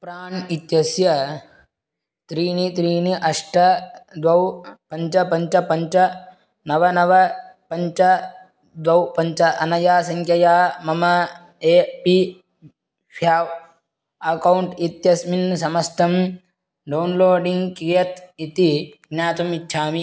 प्राण् इत्यस्य त्रीणि त्रीणि अष्ट द्वौ पञ्च पञ्च पञ्च नव नव पञ्च द्वौ पञ्च अनया सङ्ख्यया मम ए पी ह्व्याव् अकौण्ट् इत्यस्मिन् समस्तं डौन्लोडिङ्ग् कियत् इति ज्ञातुम् इच्छामि